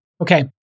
Okay